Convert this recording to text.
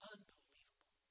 Unbelievable